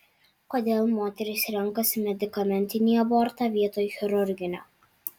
kodėl moterys renkasi medikamentinį abortą vietoj chirurginio